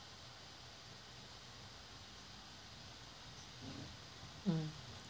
mm